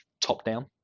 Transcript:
top-down